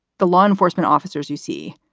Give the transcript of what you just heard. the law enforcement officers, you see,